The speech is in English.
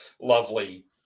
lovely